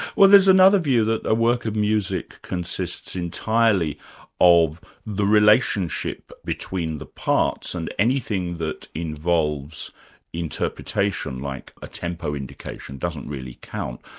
well there's another view that a work of music consists entirely of the relationship between the parts and anything that involves interpretation, like a tempo indication doesn't really count,